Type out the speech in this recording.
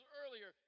earlier